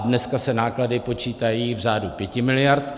Dneska se náklady počítají v řádu 5 miliard.